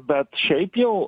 bet šiaip jau